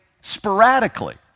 sporadically